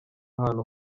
ahantu